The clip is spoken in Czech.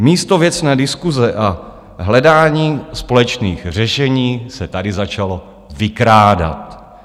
Místo věcné diskuse a hledání společných řešení se tady začalo vykrádat.